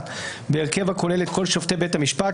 (1) בהרכב הכולל את כל שופטי בית המשפט,